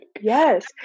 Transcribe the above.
yes